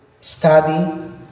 study